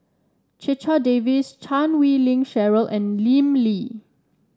Checha Davies Chan Wei Ling Cheryl and Lim Lee